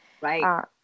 right